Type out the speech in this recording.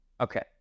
Okay